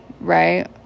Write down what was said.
right